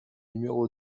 numéro